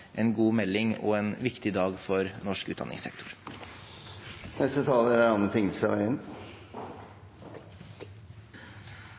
en god melding og en viktig dag for norsk utdanningssektor. Da er